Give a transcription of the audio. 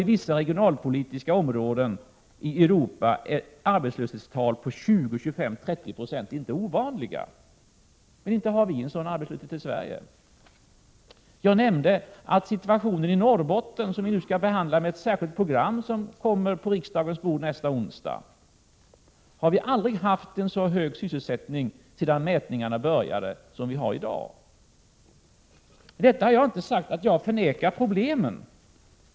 I vissa regionalpolitiska områden i Europa är arbetslöshetstal på 20, 25 eller 30 Yo inte ovanliga. En sådan arbetslöshet har vi inte i Sverige. Situationen i Norrbotten skall behandlas med ett särskilt program, som kommer att läggas på riksdagens bord nästa onsdag. I Norrbotten har man sedan mätningarna började aldrig haft en så hög sysselsättningsgrad som man har i dag. Med detta har jag inte sagt att jag förnekar problemen.